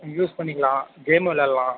use பண்ணிக்கலாம் game விளாட்லாம்